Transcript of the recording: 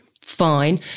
Fine